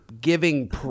giving